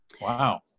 wow